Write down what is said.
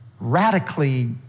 radically